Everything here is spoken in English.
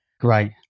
Great